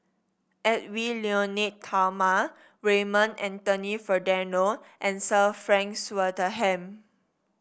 Edwy Lyonet Talma Raymond Anthony Fernando and Sir Frank Swettenham